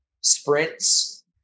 sprints